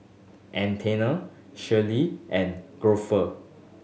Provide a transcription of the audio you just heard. Anthena Shirlee and Grover